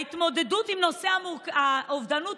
ההתמודדות עם נושא האובדנות,